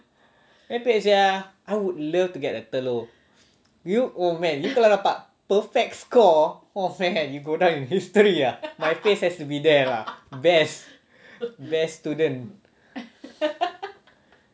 merepek sia I would love to get a telur you old man you kalau dapat perfect score not fair and you go down in history ah my face has to be there ah best student